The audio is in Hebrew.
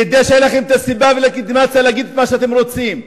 כדי שתהיה לכם סיבה ולגיטימציה להגיד מה שאתם רוצים.